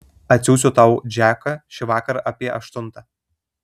atsiųsiu tau džeką šįvakar apie aštuntą